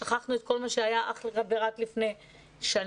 שכחנו את כל מה שהיה רק לפני שנה,